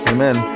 Amen